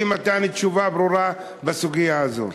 אי-מתן תשובה ברורה בסוגיה הזאת.